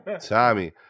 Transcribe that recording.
Tommy